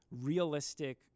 realistic